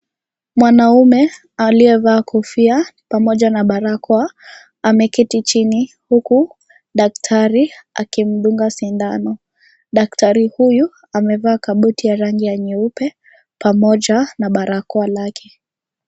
Mwanaume aliyevaa kofia pamoja na barakoa ameketi chini, huku daktari akimdunga sindano. Daktari huyu, amevaa kabuti ya rangi ya nyeupe pamoja na barakoa lake.